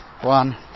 one